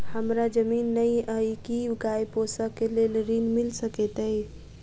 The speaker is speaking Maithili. हमरा जमीन नै अई की गाय पोसअ केँ लेल ऋण मिल सकैत अई?